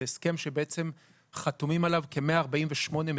זה הסכם שבעצם חתומות עליו כ-148 מדינות,